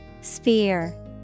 sphere